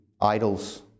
idols